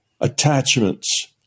attachments